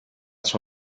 sua